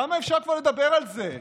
כמה אפשר כבר לדבר על זה?